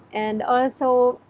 and also,